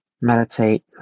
meditate